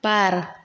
बार